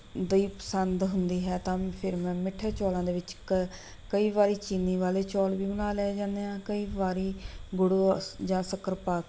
ਦੀ ਪਸੰਦ ਹੁੰਦੀ ਹੈ ਤਾਂ ਫਿਰ ਮੈਂ ਮਿੱਠੇ ਚੌਲਾਂ ਦੇ ਵਿੱਚ ਕ ਕਈ ਵਾਰੀ ਚੀਨੀ ਵਾਲੇ ਚੌਲ ਵੀ ਬਣਾ ਲਏ ਜਾਂਦੇ ਹਨ ਕਈ ਵਾਰੀ ਗੁੜ ਸ ਜਾਂ ਸ਼ੱਕਰ ਪਾ